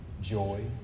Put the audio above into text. joy